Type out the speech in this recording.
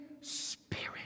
Spirit